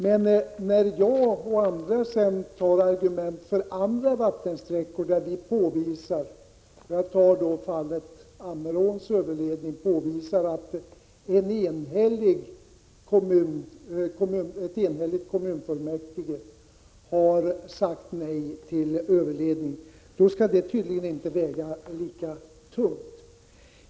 Men när jag och andra tar upp argument i fråga om andra vattensträckor — jag tar fallet Ammeråns överledning — och påvisar att ett enhälligt kommunfullmäktige har sagt nej till överledning väger det tydligen inte lika tungt.